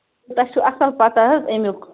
تۄہہِ چھُ اَصٕل پَتاہ حظ اَمیُک